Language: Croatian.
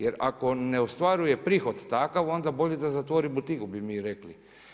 Jer ako ne ostvaruje prihod takav, onda bolje da zatvori butik, bi mi rekli.